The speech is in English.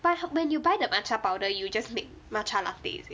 but when you buy the matcha powder you just make matcha latte is it